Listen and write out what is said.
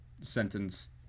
sentence